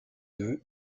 deux